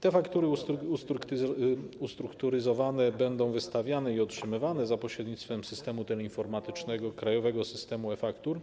Te faktury ustrukturyzowane będą wystawiane i otrzymywane za pośrednictwem systemu teleinformatycznego, Krajowego Systemu e-Faktur.